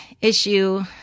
issue